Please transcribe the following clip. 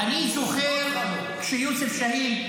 ואני זוכר שכשיוסף שאהין,